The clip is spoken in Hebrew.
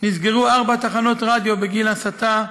נסגרו ארבע תחנות רדיו בגין הסתה,